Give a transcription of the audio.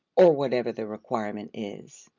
or whatever the requirement is.